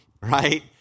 right